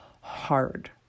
hard